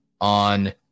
on